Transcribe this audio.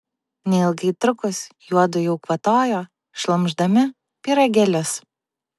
neilgai trukus juodu jau kvatojo šlamšdami pyragėlius